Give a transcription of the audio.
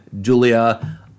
julia